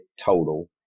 total